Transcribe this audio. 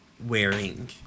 wearing